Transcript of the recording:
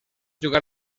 jugar